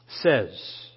says